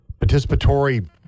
participatory